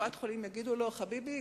בקופת-חולים יגידו לו: חביבי,